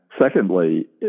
secondly